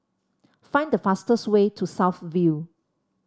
find the fastest way to South View